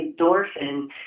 endorphin